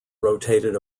rotated